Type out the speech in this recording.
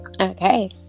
Okay